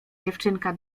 dziewczynka